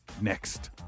next